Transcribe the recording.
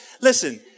Listen